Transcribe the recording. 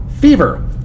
fever